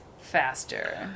faster